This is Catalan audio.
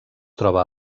troba